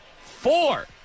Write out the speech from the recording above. Four